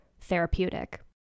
therapeutic